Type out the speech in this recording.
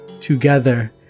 together